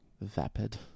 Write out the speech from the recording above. vapid